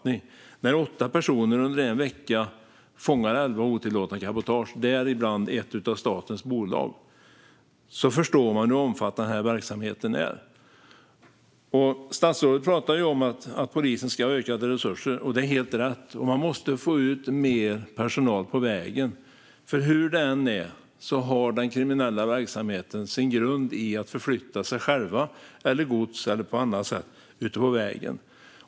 När åtta personer under en vecka fångar in elva otillåtna cabotage, däribland ett av statens bolag, förstår man hur omfattande verksamheten är. Statsrådet pratar om att polisen ska få ökade resurser. Det är helt rätt. Och man måste få ut mer personal på vägen. Hur det än är har den kriminella verksamheten sin grund i att förflytta sig själv eller gods ute på vägen.